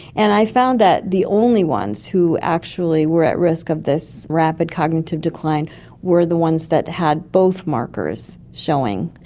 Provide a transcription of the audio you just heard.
and i found that the only ones who actually were at risk of this rapid cognitive decline were the ones that had both markers showing.